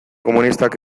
komunistak